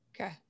Okay